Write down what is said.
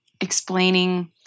explaining